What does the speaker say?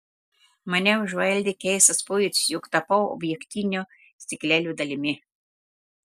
mane užvaldė keistas pojūtis jog tapau objektinio stiklelio dalimi